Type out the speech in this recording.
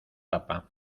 tapa